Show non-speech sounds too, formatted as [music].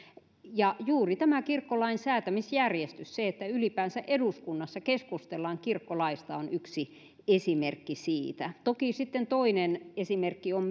ja juuri tämä kirkkolain säätämisjärjestys se että ylipäänsä eduskunnassa keskustellaan kirkkolaista on yksi esimerkki siitä toki sitten toinen esimerkki on [unintelligible]